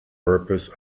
purpose